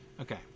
Okay